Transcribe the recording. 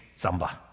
zamba